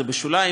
זה בשוליים.